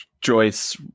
Joyce